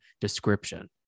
description